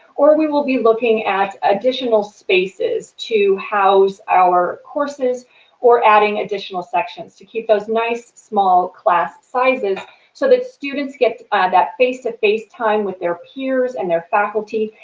or we will be looking at additional spaces to house our courses or adding additional sections to keep those nice small class sizes so that students get that face to face time with their peers and their faculty,